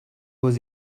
was